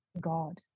God